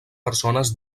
persones